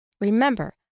Remember